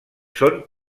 són